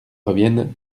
reviennent